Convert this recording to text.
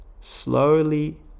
slowly